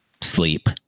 sleep